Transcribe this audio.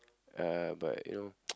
uh but you know (ppp)